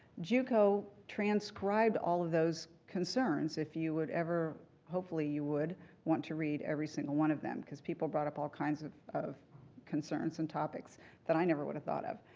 juco transcribed all of those concerns, if you would ever hopefully you would want to read every single one of them because people brought up all kinds of of concerns and topics that i never would have thought of.